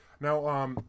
Now